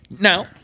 Now